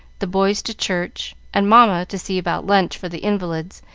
the boys to church, and mamma to see about lunch for the invalids,